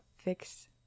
fix